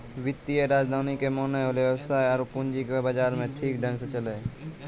वित्तीय राजधानी के माने होलै वेवसाय आरु पूंजी के बाजार मे ठीक ढंग से चलैय